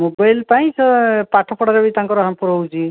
mobile ପାଇଁ ସେ ପାଠପଢ଼ାରେ ବି ତାଙ୍କର ହାମ୍ପର୍ ହେଉଛି